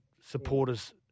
supporters